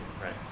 right